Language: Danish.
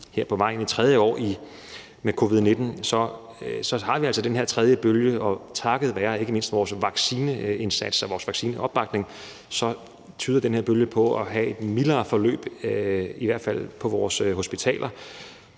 her på vej ind i tredje år med covid-19 altså har den her tredje bølge. Og takket være ikke mindst vores vaccineindsats og vores vaccineopbakning tyder det på, at den her bølge har et mildere forløb, i hvert fald på vores hospitaler.